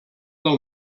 del